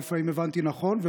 האם הבנתי נכון?